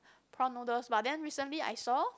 prawn noodles but then recently I saw